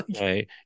right